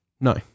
No